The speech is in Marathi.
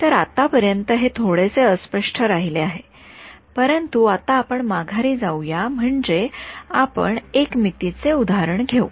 तर आतापर्यंत हे थोडेसे अस्पष्ट राहिले आहे परंतु आता आपण माघारी जाऊ या म्हणजे आपण एकमितीयचे उदाहरण घेऊ